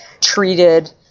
treated